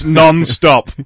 non-stop